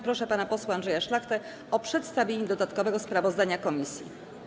Proszę pana posła Andrzeja Szlachtę o przedstawienie dodatkowego sprawozdania komisji.